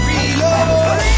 Reload